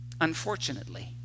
unfortunately